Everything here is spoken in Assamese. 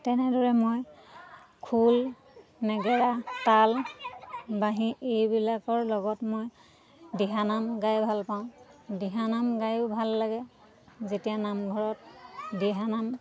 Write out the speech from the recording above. তেনেদৰে মই খোল নেগেৰা তাল বাঁহী এইবিলাকৰ লগত মই দিহানাম গাই ভাল পাওঁ দিহানাম গায়ো ভাল লাগে যেতিয়া নামঘৰত দিহানাম